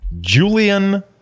julian